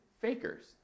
fakers